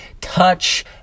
touch